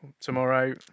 tomorrow